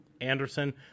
Anderson